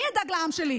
אני אדאג לעם שלי.